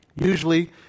Usually